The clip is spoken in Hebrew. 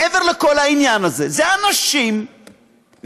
מעבר לכל העניין הזה, אלה אנשים מעטים,